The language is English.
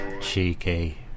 Cheeky